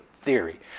theory